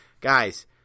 Guys